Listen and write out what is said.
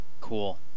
Cool